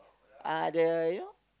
uh the you know